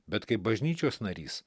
bet kaip bažnyčios narys